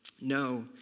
No